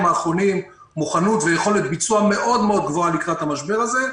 האחרונים מוכנות ויכולת ביצוע מאוד גבוהה לקראת המשבר הזה,